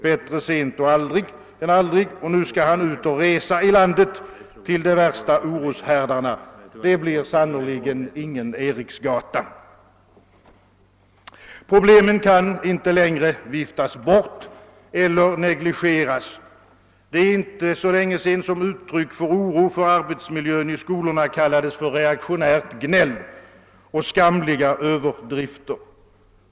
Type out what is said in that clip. Bättre sent än aldrig, och nu skall han ut och resa i landet till de värsta oroshärdarna. Det blir sannerligen ingen eriksgata. Problemen kan inte längre viftas bort eller negligeras. Det är inte länge sedan som uttryck för oro för arbetsmiljön i skolorna kallades reaktionärt gnäll och skamliga överdrifter.